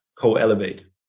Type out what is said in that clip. co-elevate